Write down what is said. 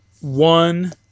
one